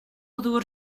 ddŵr